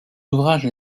ouvrages